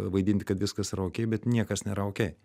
vaidinti kad viskas yra okey bet niekas nėra okey